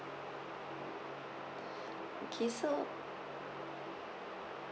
okay so